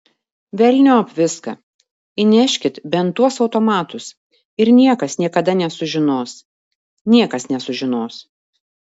velniop viską įneškit bent tuos automatus ir niekas niekada nesužinos niekas nesužinos